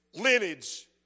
lineage